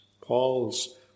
Paul's